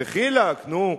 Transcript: דחילק, נו.